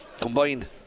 combined